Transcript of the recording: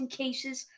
cases